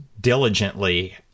diligently